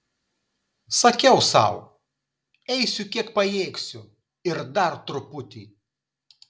sakiau sau eisiu kiek pajėgsiu ir dar truputį